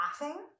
laughing